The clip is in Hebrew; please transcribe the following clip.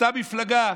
אותה מפלגה,